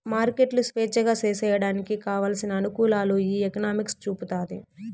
మార్కెట్లు స్వేచ్ఛగా సేసేయడానికి కావలసిన అనుకూలాలు ఈ ఎకనామిక్స్ చూపుతాది